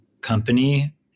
company